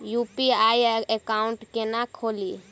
UPI account केना खोलि?